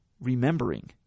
remembering